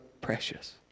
precious